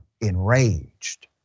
enraged